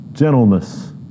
gentleness